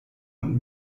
und